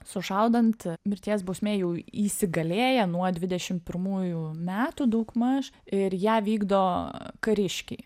sušaudant mirties bausmė jau įsigalėja nuo dvidešim pirmųjų metų daugmaž ir ją vykdo kariškiai